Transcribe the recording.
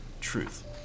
truth